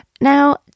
Now